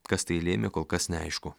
kas tai lėmė kol kas neaišku